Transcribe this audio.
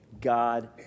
God